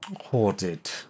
hoarded